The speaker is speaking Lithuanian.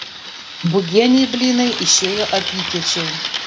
būgienei blynai išėjo apykiečiai